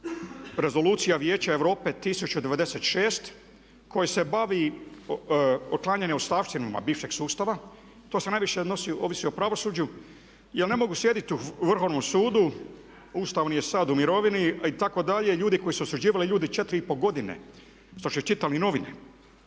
rezolucija Vijeća Europe 1906. koje se bavi otklanjanjem ostavštinom a bivšeg sustava. To se najviše odnosi, ovisi o pravosuđu jer ne mogu sjediti u Vrhovnom sudu, Ustavni je sad u mirovini itd. Ljudi koje su osuđivali, ljudi 4i pol godine što ste čitali novine.